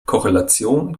korrelation